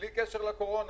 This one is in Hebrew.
בלי קשר לקורונה.